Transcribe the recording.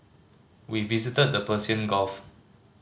we visited the Persian Gulf